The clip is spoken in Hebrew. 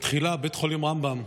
בתחילה בית חולים רמב"ם,